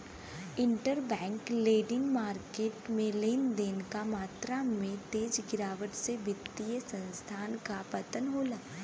interbank lending market में लेन देन क मात्रा में तेज गिरावट से वित्तीय संस्थान क पतन होला